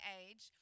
age